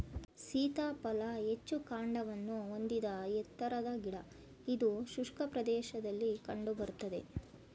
ಸೀತಾಫಲ ಹೆಚ್ಚು ಕಾಂಡವನ್ನು ಹೊಂದಿದ ಎತ್ತರದ ಗಿಡ ಇದು ಶುಷ್ಕ ಪ್ರದೇಶದಲ್ಲಿ ಕಂಡು ಬರ್ತದೆ